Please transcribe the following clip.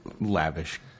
lavish